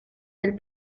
del